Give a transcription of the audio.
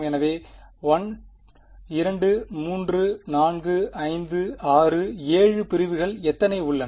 எனவே 1 2 3 4 5 6 7 பிரிவுகள் எத்தனை உள்ளன